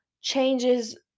changes